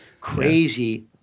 crazy